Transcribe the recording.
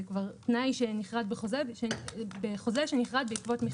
זה כבר תנאי בחוזה שנכרת בעקבות מכרז.